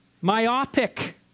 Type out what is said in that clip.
myopic